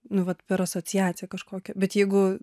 nu vat per asociaciją kažkokią bet jeigu